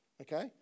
okay